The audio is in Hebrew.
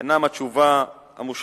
אינן התשובה המושלמת